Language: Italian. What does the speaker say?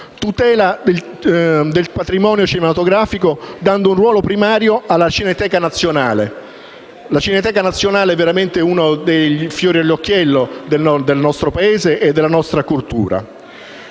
tutela inoltre il patrimonio cinematografico, dando un ruolo primario alla Cineteca nazionale, che è veramente uno dei fiori all'occhiello del nostro Paese e della nostra cultura.